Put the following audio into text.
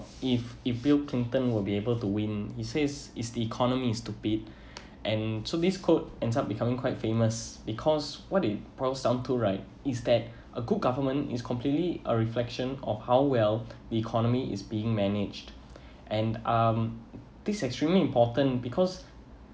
if if bill clinton will be able to win he says it's the economy stupid and so this quote end up becoming quite famous because what they prompt some to right is that a good government is completely a reflection of how well the economy is being managed and um this extremely important because